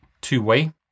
two-way